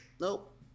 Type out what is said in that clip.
nope